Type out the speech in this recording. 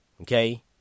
Okay